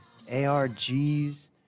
ARGs